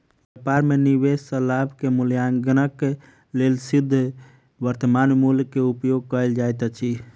व्यापार में निवेश सॅ लाभ के मूल्याङकनक लेल शुद्ध वर्त्तमान मूल्य के उपयोग कयल जाइत अछि